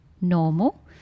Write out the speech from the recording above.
normal